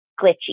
glitchy